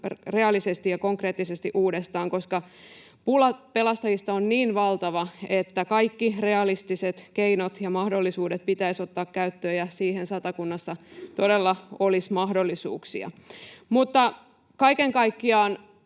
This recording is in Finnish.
realistisesti ja konkreettisesti uudestaan, koska pula pelastajista on niin valtava, että kaikki realistiset keinot ja mahdollisuudet pitäisi ottaa käyttöön. Ja siihen Satakunnassa todella olisi mahdollisuuksia. Mutta kaiken kaikkiaan